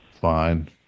Fine